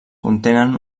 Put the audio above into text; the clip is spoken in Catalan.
contenen